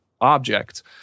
object